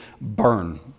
burn